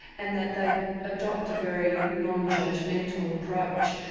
and that they adopt a very non-judgmental approach.